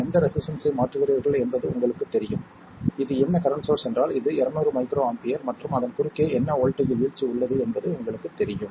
எந்த ரெசிஸ்டன்ஸ்ஸை மாற்றுகிறீர்கள் என்பது உங்களுக்குத் தெரியும் இது என்ன கரண்ட் சோர்ஸ் என்றால் இது 200 µA மற்றும் அதன் குறுக்கே என்ன வோல்ட்டேஜ் வீழ்ச்சி உள்ளது என்பது உங்களுக்குத் தெரியும்